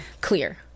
clear